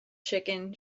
chicken